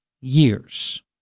years